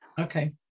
Okay